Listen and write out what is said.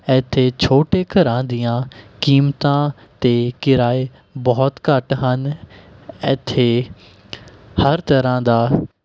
ਇੱਥੇ ਛੋਟੇ ਘਰਾਂ ਦੀਆਂ ਕੀਮਤਾਂ ਅਤੇ ਕਿਰਾਏ ਬਹੁਤ ਘੱਟ ਹਨ ਇੱਥੇ ਹਰ ਤਰ੍ਹਾਂ ਦਾ